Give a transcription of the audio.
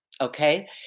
okay